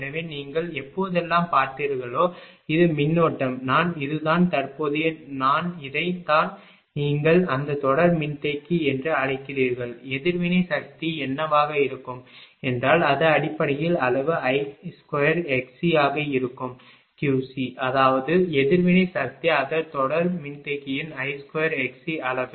எனவே நீங்கள் எப்போதெல்லாம் பார்த்தீர்களோ இது மின்னோட்டம் நான் இதுதான் தற்போதைய நான் இதைத் தான் நீங்கள் அந்த தொடர் மின்தேக்கி என்று அழைக்கிறீர்கள் எதிர்வினை சக்தி என்னவாக இருக்கும் என்றால் அது அடிப்படையில் அளவு I2xc ஆக இருக்கும் Qc அதாவது எதிர்வினை சக்தி அது தொடர் மின்தேக்கியின் I2xc அளவு